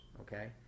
okay